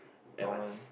advanced